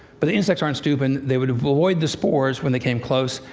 but the insects aren't stupid, and they would avoid the spores when they came close,